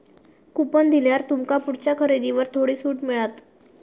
coupon दिल्यार तुमका पुढच्या खरेदीवर थोडी सूट मिळात